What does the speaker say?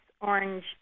orange